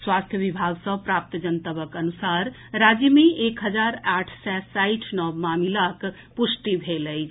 स्वास्थ्य विभाग सँ प्राप्त जनतबक अनुसार राज्य मे एक हजार आठ सय साठि नव मामिलाक पुष्टि भेल अछि